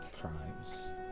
crimes